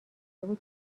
بگو